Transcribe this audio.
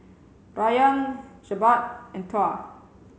Rayyan Jebat and Tuah